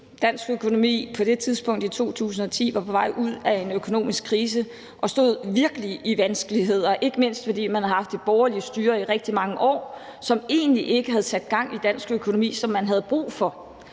tidspunkt, i 2010, på vej ud af en krise og stod virkelig i vanskeligheder, ikke mindst fordi man havde haft et borgerligt styre i rigtig mange år, som egentlig ikke havde sat gang i dansk økonomi, som der var brug for.